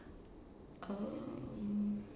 um